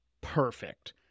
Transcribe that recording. Perfect